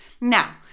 Now